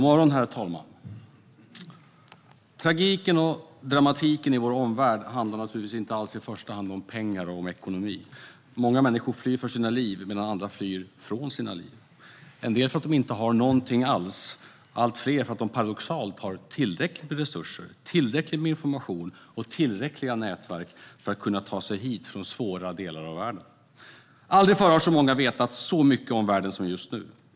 Herr talman! Tragiken och dramatiken i vår omvärld handlar naturligtvis inte i första hand om pengar och ekonomi. Många människor flyr för sina liv medan andra flyr från sina liv, en del för att de inte har någonting alls, allt fler för att de paradoxalt nog har tillräckligt med resurser, tillräckligt med information och tillräckliga nätverk för att kunna ta sig hit från svåra delar av världen. Aldrig förr har så många vetat så mycket om världen som just nu.